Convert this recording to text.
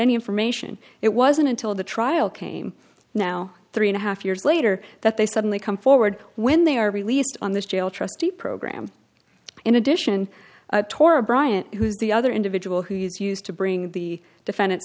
any information it wasn't until the trial came now three and a half years later that they suddenly come forward when they are released on the jail trustee program in addition tora bryant who is the other individual who is used to bring the defendant